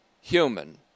human